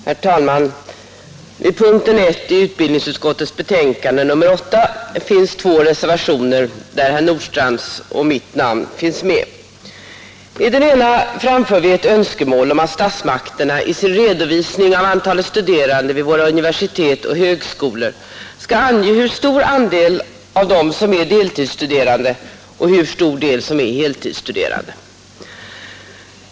Herr talman! Vid punkten 1 i utbildningsutskottets betänkande nr 8 finns två reservationer där herr Nordstrandhs och mitt namn finns med. I den ena framför vi ett önskemål om att statsmakterna i sin redovisning av antalet studerande vid universitet och högskolor skall ange hur stor andel av dem som är deltidsstuderande och hur stor del som är heltidsstuderande.